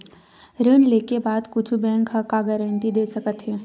ऋण लेके बाद कुछु बैंक ह का गारेंटी दे सकत हे?